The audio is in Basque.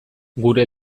gure